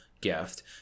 gift